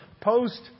post